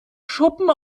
schuppen